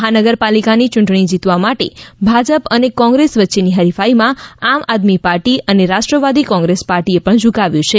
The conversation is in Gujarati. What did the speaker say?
મહાનગરપાલિકાની યૂંટણી જીતવા માટે ભાજપ અને કોંગ્રેસ વચ્ચેની હરીફાઈમાં આમ આદમી પાર્ટી અને રાષ્ટ્રવાદી કોંગ્રેસ પાર્ટીએ પણ ઝુકાવ્યું છે